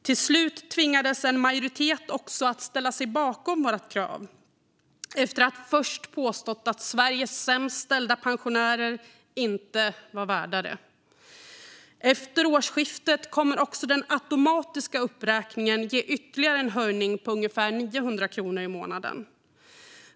Till slut tvingades en majoritet också att ställa sig bakom vårt krav, efter att först ha påstått att Sveriges sämst ställda pensionärer inte var värda det. Efter årsskiftet kommer också den automatiska uppräkningen att ge ytterligare en höjning på ungefär 900 kronor i månaden.